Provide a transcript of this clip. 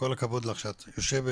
כל הכבוד לך שאת יושבת,